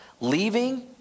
leaving